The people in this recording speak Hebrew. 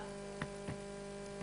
ולהתלונן.